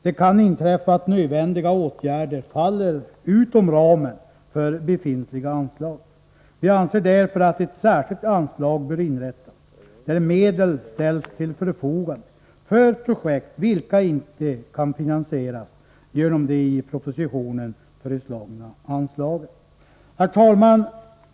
Det kan inträffa att nödvändiga åtgärder faller utom ramen för befintliga anslag, och vi anser därför att ett särskilt anslag bör inrättas, där medel ställs till förfogande för projekt vilka inte kan finansieras genom de i propositionen föreslagna anslagen. Herr talman!